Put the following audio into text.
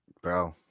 Bro